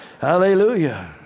Hallelujah